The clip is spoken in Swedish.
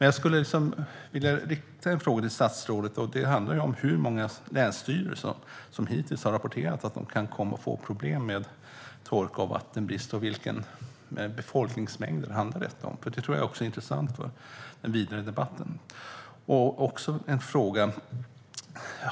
Jag skulle vilja rikta en fråga till statsrådet, och den handlar om hur många länsstyrelser som hittills har rapporterat att de kan komma att få problem med torka och vattenbrist. Jag undrar också vilka befolkningsmängder det handlar om, för det tror jag är intressant i den vidare i debatten. Jag har ytterligare en fråga.